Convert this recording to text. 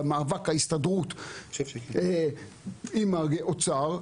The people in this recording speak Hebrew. במאבק ההסתדרות עם האוצר,